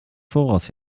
voraus